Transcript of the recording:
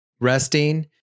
resting